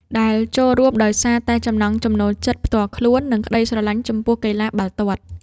ដែលចូលរួមដោយសារតែចំណង់ចំណូលចិត្តផ្ទាល់ខ្លួននិងក្តីស្រលាញ់ចំពោះកីឡាបាល់ទាត់។